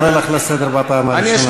אני קורא אותך לסדר פעם ראשונה.